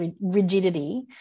rigidity